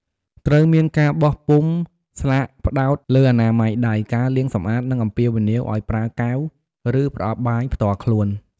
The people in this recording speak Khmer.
ត្រូវមានការបោះពុម្ពស្លាកផ្តោតលើអនាម័យដៃ ការលាងសម្អាត និងអំពាវនាវឲ្យប្រើកែវ ឬប្រអប់បាយផ្ទាល់ខ្លួន ។